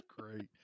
great